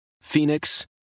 Phoenix